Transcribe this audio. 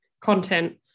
content